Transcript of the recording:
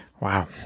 Wow